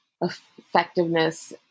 effectiveness